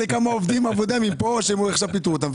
עובדים שעכשיו פיטרו אותם.